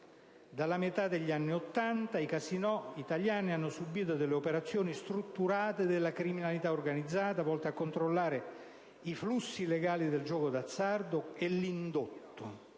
Dalla metà degli anni Ottanta, i casinò italiani hanno subito delle operazioni strutturate della criminalità organizzata volte a controllare i flussi legali del gioco d'azzardo e l'indotto.